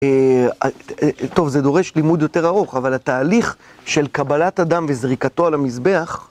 טוב, זה דורש לימוד יותר ארוך, אבל התהליך של קבלת הדם וזריקתו על המזבח